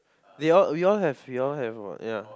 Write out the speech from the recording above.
they all have we all have we all have [what] ya